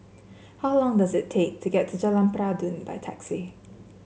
how long does it take to get to Jalan Peradun by taxi